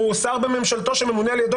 הוא שר בממשלתו שממונה על ידו,